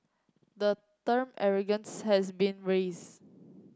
the term arrogance has been raised